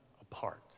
apart